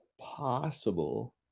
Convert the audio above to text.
possible